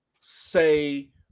say